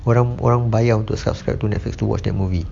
orang orang bayar untuk subscribe to Netflix to watch their movie